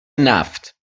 نفت